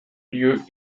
lieu